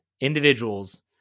individuals